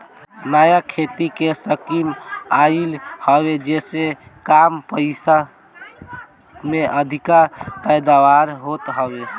नया खेती के स्कीम आइल हवे जेसे कम पइसा में अधिका पैदावार होत हवे